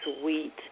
sweet